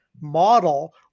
model